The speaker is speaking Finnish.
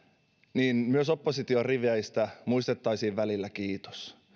niin myös opposition riveistä muistettaisiin välillä kiitos